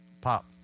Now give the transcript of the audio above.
Pop